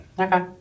Okay